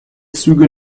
züge